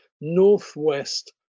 northwest